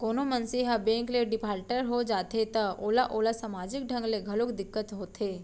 कोनो मनसे ह बेंक ले डिफाल्टर हो जाथे त ओला ओला समाजिक ढंग ले घलोक दिक्कत होथे